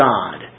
God